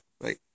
right